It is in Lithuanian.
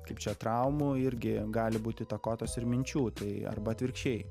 kaip čia traumų irgi gali būti įtakotas ir minčių tai arba atvirkščiai